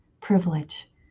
privilege